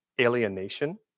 alienation